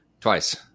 twice